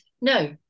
No